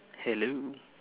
hello